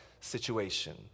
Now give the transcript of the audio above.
situation